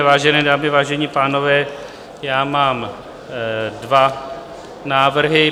Vážené dámy, vážení pánové, já mám dva návrhy.